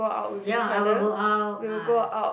ya I will go out I